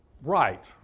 right